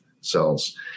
cells